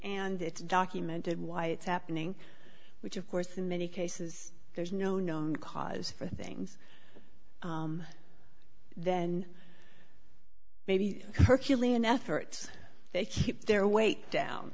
and it's documented why it's happening which of course in many cases there's no known cause for things then maybe circulation efforts they keep their weight down